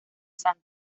santa